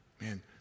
man